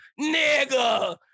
nigga